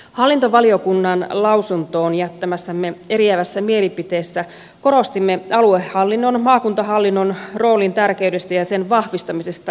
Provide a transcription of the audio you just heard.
hallintovaliokunnan lausuntoon jättämässämme eriävässä mielipiteessä korostimme aluehallinnon maakuntahallinnon roolin tärkeyttä ja sen vahvistamista edelleen